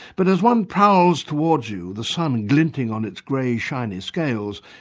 but as one prowls towards you, the sun glinting on its grey shiny scales,